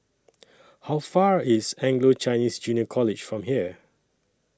How Far IS Anglo Chinese Junior College from here